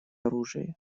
оружия